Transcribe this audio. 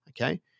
Okay